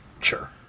Sure